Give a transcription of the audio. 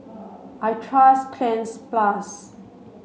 I trust Cleanz plus